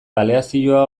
aleazioa